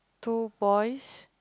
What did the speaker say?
two boys